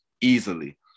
easily